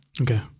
Okay